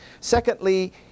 Secondly